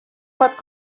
pot